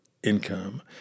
Income